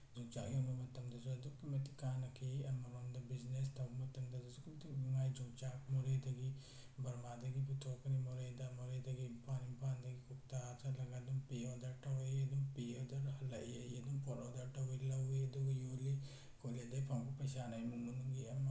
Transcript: ꯌꯣꯡꯆꯥꯛ ꯌꯣꯟꯕ ꯃꯇꯝꯗꯁꯨ ꯑꯗꯨꯛꯀꯤ ꯃꯇꯤꯛ ꯀꯥꯟꯅꯈꯤ ꯑꯃꯃꯝꯗ ꯕꯤꯖꯤꯅꯦꯁ ꯇꯧꯕ ꯃꯇꯝꯗ ꯑꯗꯁꯨ ꯑꯗꯨꯛꯀꯤ ꯃꯇꯤꯛ ꯅꯨꯡꯉꯥꯏ ꯌꯣꯡꯆꯥꯛ ꯃꯣꯔꯦꯗꯒꯤ ꯕꯔꯃꯥꯗꯒꯤ ꯄꯨꯊꯣꯔꯛꯀꯅꯤ ꯃꯣꯔꯦꯗ ꯃꯣꯔꯦꯗꯒꯤ ꯏꯝꯐꯥꯜ ꯏꯝꯐꯥꯜꯗꯒꯤ ꯀꯧꯇꯥ ꯆꯠꯂꯒ ꯑꯗꯨꯝ ꯄ꯭ꯔꯤ ꯑꯣꯔꯗꯔ ꯇꯧꯔꯛꯏ ꯑꯗꯨꯝ ꯄ꯭ꯔꯤ ꯑꯣꯔꯗꯔ ꯍꯜꯂꯛꯏ ꯑꯩ ꯑꯗꯨꯝ ꯄꯣꯠ ꯑꯣꯔꯗꯔ ꯇꯧꯋꯤ ꯂꯧꯋꯤ ꯑꯗꯨꯒ ꯌꯣꯜꯂꯤ ꯈꯣꯠꯂꯦ ꯑꯗꯩ ꯐꯪꯉꯛꯄ ꯄꯩꯁꯥꯅ ꯏꯃꯨꯡ ꯃꯅꯨꯡꯒꯤ ꯑꯃꯑꯃ